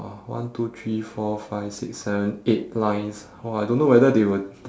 !wah~ one two three four five six seven eight lines !wah! I don't know whether they would